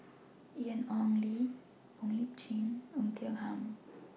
Ian Ong Li Wong Lip Chin and Oei Tiong Ham